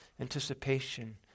anticipation